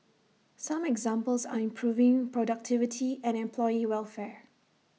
some examples are improving productivity and employee welfare